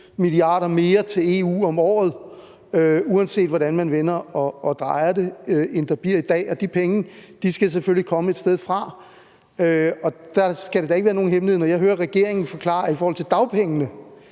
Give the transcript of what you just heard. mia. kr. mere til EU om året, end der bliver i dag, og de penge skal selvfølgelig komme et sted fra, og det skal da ikke være nogen hemmelighed, at når jeg hører regeringen forklare, at man i forhold til dagpengene